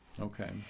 Okay